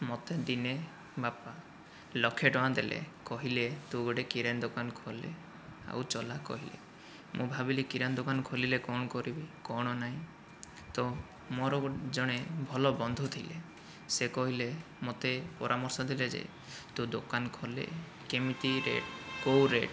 ମୋତେ ଦିନେ ବାପା ଲକ୍ଷେ ଟଙ୍କା ଦେଲେ କହିଲେ ତୁ ଗୋଟିଏ କିରାଣୀ ଦୋକାନ ଖୋଲେ ଆଉ ଚଲା କହିଲେ ମୁଁ ଭାବିଲି କିରାଣୀ ଦୋକାନ ଖୋଲିଲେ କ'ଣ କରିବି କ'ଣ ନାହିଁ ତ ମୋର ଜଣେ ଭଲ ବନ୍ଧୁ ଥିଲେ କହିଲେ ମୋତେ ପରାମର୍ଶ ଦେଲେ ଯେ ତୁ ଦୋକାନ ଖୋଲେ କେମିତି ରେଟ୍ କେଉଁ ରେଟ୍